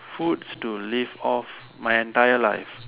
foods to live off my entire life